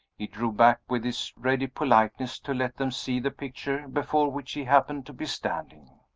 he drew back, with his ready politeness, to let them see the picture before which he happened to be standing.